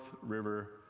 river